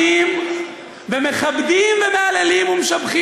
תפסיק, תפסיק.